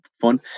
fun